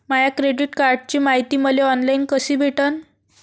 माया credit कार्डची मायती मले ऑनलाईन कसी भेटन?